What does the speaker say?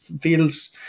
feels